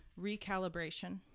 Recalibration